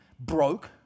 broke